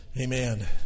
amen